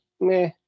meh